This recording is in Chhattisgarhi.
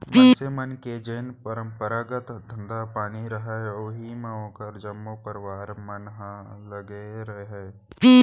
मनसे मन के जेन परपंरागत धंधा पानी रहय उही म ओखर जम्मो परवार मन ह लगे रहय